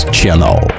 Channel